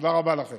תודה רבה לכם.